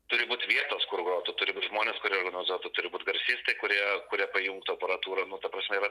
turi būt vietos kur grotų turi būt žmonės kurie organizuotų turi būt garsistai kurie kurie pajungtų aparatūrą nu ta prasme yra